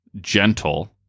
gentle